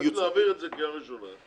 נעביר את זה קריאה ראשונה,